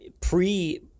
pre